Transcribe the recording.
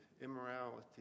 Immorality